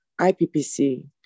IPPC